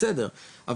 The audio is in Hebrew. זה בסדר,